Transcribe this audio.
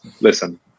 listen